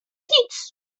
nic